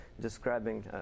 describing